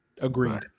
Agreed